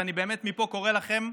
ואני באמת מפה קורא לכם,